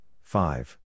five